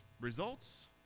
results